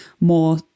more